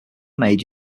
made